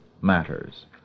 matters